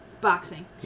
Boxing